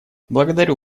благодарю